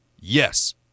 Yes